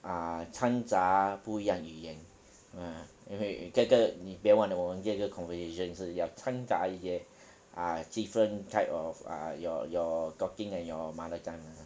ah 参杂不一样语言 ah 因为这个你别忘了我们这个 conversation 是要参杂一些 ah different type of uh your your talking and your mother tongue ah